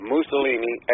Mussolini